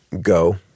Go